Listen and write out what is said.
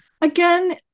again